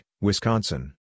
Wisconsin